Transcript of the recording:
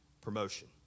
promotion